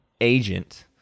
agent